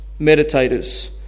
meditators